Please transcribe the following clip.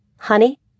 Honey